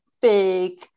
big